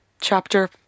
chapter